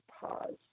pause